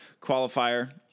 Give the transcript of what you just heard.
qualifier